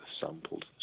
sampled